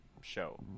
show